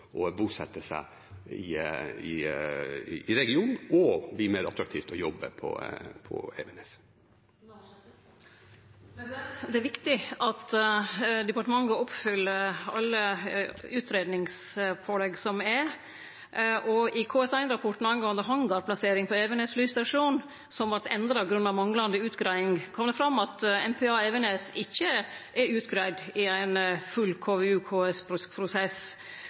jobbe på Evenes. Det er viktig at departementet oppfyller alle utgreiingspålegg som er. I KS1-rapporten når det gjeld hangarplassering på Evenes flystasjon, som vart endra grunna manglande utgreiing, kom det fram at MPA, maritime patruljefly, på Evenes ikkje er utgreidd i ein full